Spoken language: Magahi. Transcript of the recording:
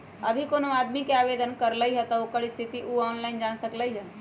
अभी कोनो आदमी जे आवेदन करलई ह ओकर स्थिति उ ऑनलाइन जान सकलई ह